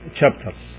chapters